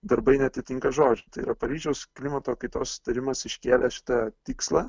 darbai neatitinka žodžių tai yra paryžiaus klimato kaitos susitarimas iškėlė šitą tikslą